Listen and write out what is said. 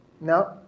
No